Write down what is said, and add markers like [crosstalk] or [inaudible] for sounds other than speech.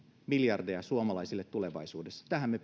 miljardeja suomalaisille tulevaisuudessa tähän me [unintelligible]